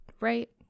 right